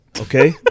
Okay